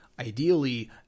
ideally